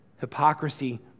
hypocrisy